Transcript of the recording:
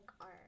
art